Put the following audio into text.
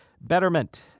Betterment